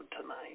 tonight